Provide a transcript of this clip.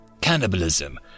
Cannibalism